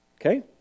Okay